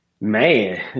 Man